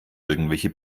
irgendwelche